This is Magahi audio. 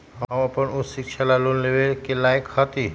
हम अपन उच्च शिक्षा ला लोन लेवे के लायक हती?